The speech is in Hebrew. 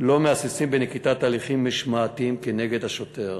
לא מהססים בנקיטת הליכים משמעתיים כנגד השוטר.